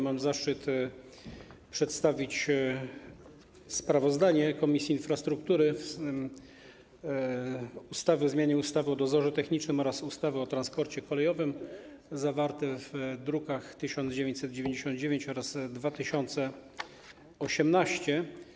Mam zaszczyt przedstawić sprawozdanie Komisji Infrastruktury o projekcie ustawy o zmianie ustawy o dozorze technicznym oraz ustawy o transporcie kolejowym zawartym w drukach nr 1999 oraz 2018.